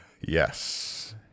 Yes